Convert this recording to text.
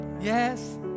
Yes